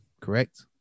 correct